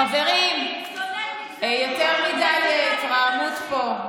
חברים, יותר מדי התרעמות פה.